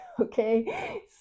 okay